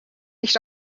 nicht